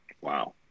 Wow